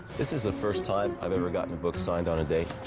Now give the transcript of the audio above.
this is the first time i've ever gotten a book signed on a date.